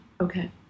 Okay